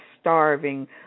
starving